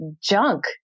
junk